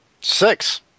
six